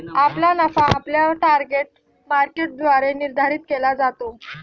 आपला नफा आपल्या टार्गेट मार्केटद्वारे निर्धारित केला जातो